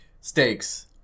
Steaks